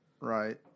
Right